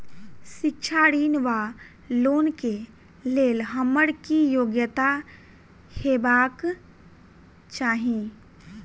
शिक्षा ऋण वा लोन केँ लेल हम्मर की योग्यता हेबाक चाहि?